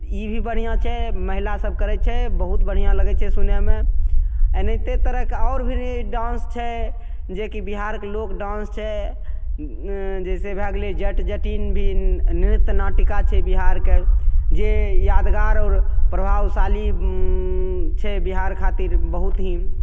ई भी बढ़िआँ छै महिलासभ करै छै बहुत बढ़िआँ लागै छै सुनैमे एनाहिते तरहके आओर भी डान्स छै जेकि बिहारके लोक डान्स छै जइसे भै गेलै जट जटिन भी नृत्य नाटिका छै बिहारके जे यादगार आओर प्रभावशाली छै बिहार खातिर बहुत ही